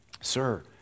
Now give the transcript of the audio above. Sir